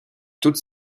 toute